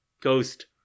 Ghost